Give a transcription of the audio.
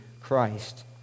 Christ